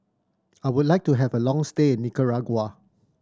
I would like to have a long stay in Nicaragua